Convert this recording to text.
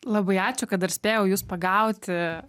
labai ačiū kad dar spėjau jus pagauti